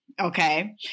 Okay